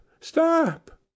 stop